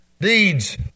Deeds